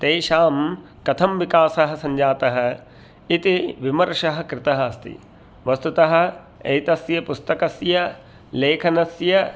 तेषां कथं विकासः सञ्जातः इति विमर्शः कृतः अस्ति वस्तुतः एतस्य पुस्तकस्य लेखनस्य